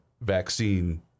vaccine